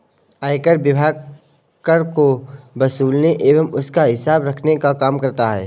आयकर विभाग कर को वसूलने एवं उसका हिसाब रखने का काम करता है